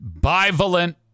bivalent